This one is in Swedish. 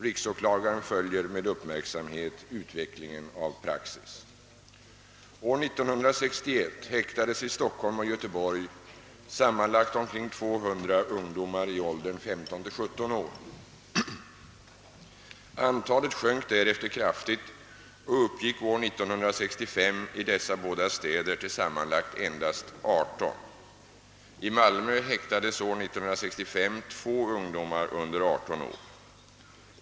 Riksåklagaren följer med uppmärksamhet utvecklingen av praxis. År 1961 häktades i Stockholm och Göteborg sammanlagt omkring 200 ungdomar i åldern 15—17 år. Antalet sjönk därefter kraftigt och uppgick år 1965 i dessa båda städer till sammanlagt endast 18. I Malmö häktades år 1965 2 ungdomar under 18 år.